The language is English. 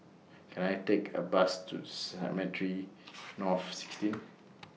Can I Take A Bus to Cemetry North sixteen